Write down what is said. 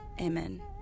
Amen